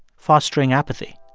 fostering apathy.